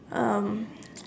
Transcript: um